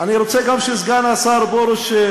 אני רוצה גם שסגן השר פרוש,